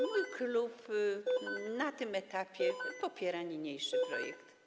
Mój klub na tym etapie popiera niniejszy projekt.